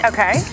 Okay